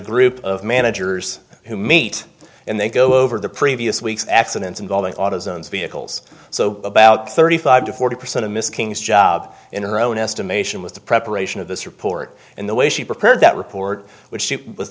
group of managers who meet and they go over the previous week's accidents involving auto zone's vehicles so about thirty five to forty percent of miss king's job in her own estimation with the preparation of this report and the way she prepared that report which